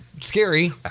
scary